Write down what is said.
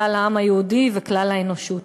כלל העם היהודי וכלל האנושות.